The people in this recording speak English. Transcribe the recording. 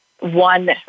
one